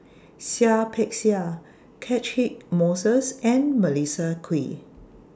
Seah Peck Seah Catchick Moses and Melissa Kwee